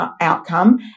outcome